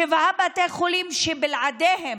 שבעה בתי חולים שבלעדיהם